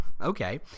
Okay